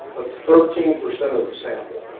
thirteen percent of the sample.